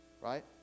Right